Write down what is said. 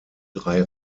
drei